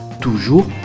toujours